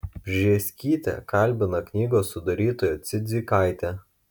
bžėskytė kalbina knygos sudarytoją cidzikaitę